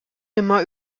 nimmer